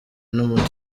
n’umutwe